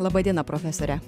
laba diena profesore